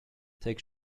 take